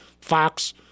Fox